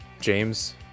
James